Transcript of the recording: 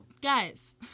Guys